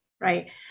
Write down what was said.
Right